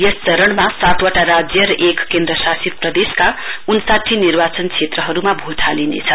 यस चरणमा सात वटा राज्य र एक केन्द्रशासित प्रदेशका उन्साठी निर्वाचन क्षेत्रहरुमा भोट हालिनेछ